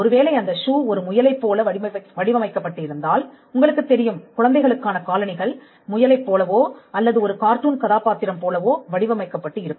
ஒருவேளை அந்த ஷூ ஒரு முயலைப் போல வடிவமைக்கப்பட்டு இருந்தால் உங்களுக்குத் தெரியும் குழந்தைகளுக்கான காலணிகள் முயலைப் போலவோ அல்லது ஒரு கார்ட்டூன் கதாபாத்திரம் போலவோ வடிவமைக்கப்பட்டு இருக்கும்